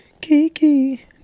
Kiki